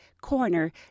corner